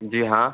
जी हाँ